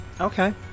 Okay